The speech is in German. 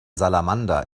salamander